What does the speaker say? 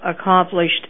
accomplished